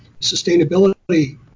sustainability